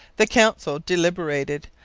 the council deliberated.